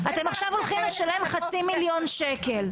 אתם עכשיו הולכים לשלם חצי מיליון שקל,